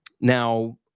Now